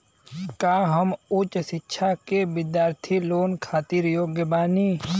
का हम उच्च शिक्षा के बिद्यार्थी लोन खातिर योग्य बानी?